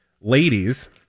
Ladies